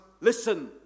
listen